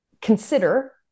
consider